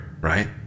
right